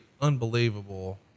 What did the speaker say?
unbelievable